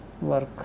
work